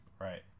Right